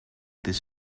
this